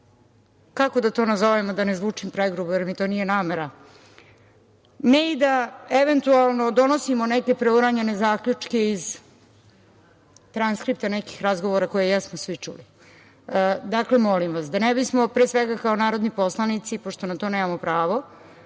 kako da to nazovem, a da ne zvučim grubo jer mi to nije namera, ne i da, eventualno, donosimo neke preuranjene zaključke iz transkripta nekih razgovora koje jesmo svi čuli. Dakle, da ne bismo, pre svega, kao narodni poslanici, pošto na to nemamo pravo,